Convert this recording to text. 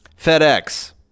FedEx